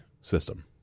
system